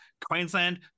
Queensland